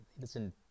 listen